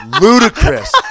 ludicrous